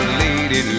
lady